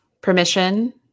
permission